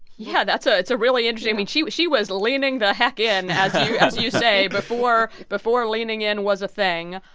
yeah, that's ah a really interesting i mean, she was she was leaning the heck in, as you say, before before leaning in was a thing.